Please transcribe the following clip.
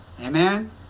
Amen